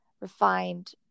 refined